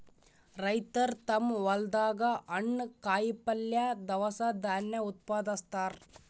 ರೈತರ್ ತಮ್ಮ್ ಹೊಲ್ದಾಗ ಹಣ್ಣ್, ಕಾಯಿಪಲ್ಯ, ದವಸ ಧಾನ್ಯ ಉತ್ಪಾದಸ್ತಾರ್